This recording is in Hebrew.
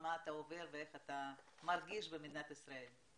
מה אתה עובר ואיך אתה מרגיש במדינת ישראל.